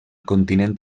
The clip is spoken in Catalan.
continent